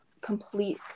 complete